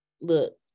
look